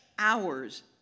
Hours